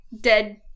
dead